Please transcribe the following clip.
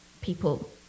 people